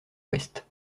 ouest